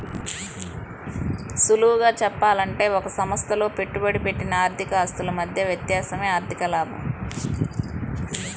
సులువుగా చెప్పాలంటే ఒక సంస్థలో పెట్టుబడి పెట్టిన ఆర్థిక ఆస్తుల మధ్య వ్యత్యాసమే ఆర్ధిక లాభం